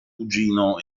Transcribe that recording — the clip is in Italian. cugino